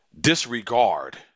disregard